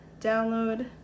Download